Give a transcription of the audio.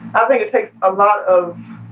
i think it takes a lot of